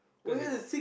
cause there's